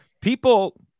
people